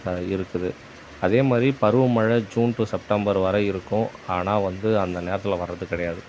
இருக்குது அதே மாதிரி பருவ மழை ஜூன் டூ செப்டெம்பர் வரை இருக்கும் ஆனால் வந்து அந்த நேரத்தில் வர்றது கிடையாது